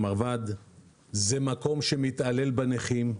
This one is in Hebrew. המרב"ד הוא מקום שמתעלל בנכים,